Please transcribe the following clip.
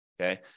okay